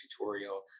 tutorial